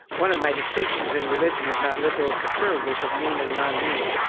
one of my distinctions in religion is not liberal and conservative, but mean and non-mean.